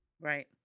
Right